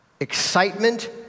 excitement